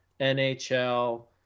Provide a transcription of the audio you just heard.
NHL